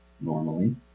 normally